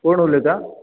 कोण उलयता